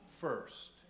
first